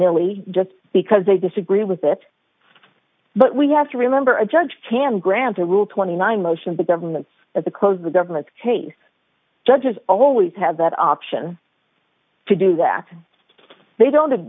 nilly just because they disagree with it but we have to remember a judge can grant a rule twenty nine motions the government at the close the government's case judges always have that option to do that they don't